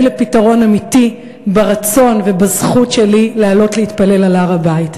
לפתרון אמיתי ברצון ובזכות שלי לעלות ולהתפלל על הר-הבית.